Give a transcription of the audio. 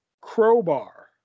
Crowbar